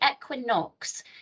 equinox